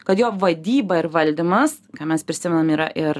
kad jo vadyba ir valdymas ką mes prisimenam yra ir